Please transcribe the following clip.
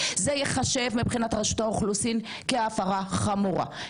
זה יחשב מבחינת רשות האוכלוסין כהפרה חמורה.